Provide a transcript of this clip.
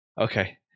Okay